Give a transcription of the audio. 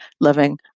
loving